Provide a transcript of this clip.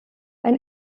ein